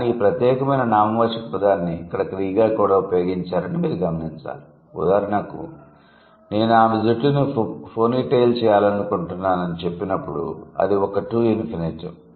కానీ ఈ ప్రత్యేకమైన నామవాచక పదాన్ని ఇక్కడ క్రియగా కూడా ఉపయోగించారని మీరు గమనించాలి ఉదాహరణకు 'నేను ఆమె జుట్టును పోనీటెయిల్ చేయాలనుకుంటున్నాను' అని చెప్పినప్పుడు అది ఒక 'టు ఇంఫినిటివ్' గా పనిచేస్తోంది